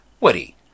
Woody